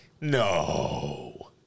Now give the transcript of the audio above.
No